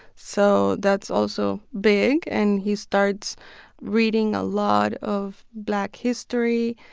so that's also big. and he starts reading a lot of black history.